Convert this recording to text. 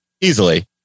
easily